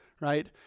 right